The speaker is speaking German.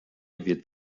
wird